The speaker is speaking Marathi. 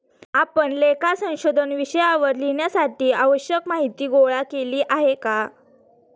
आपण लेखा संशोधन विषयावर लिहिण्यासाठी आवश्यक माहीती गोळा केली आहे का?